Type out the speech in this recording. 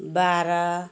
बाह्र